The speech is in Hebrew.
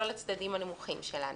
לא לצדדים הנמוכים שלנו.